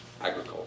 agriculture